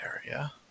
area